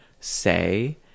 say